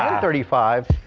ah thirty five.